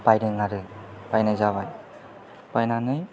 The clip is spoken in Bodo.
बायदों आरो बायनाय जाबाय बायनानै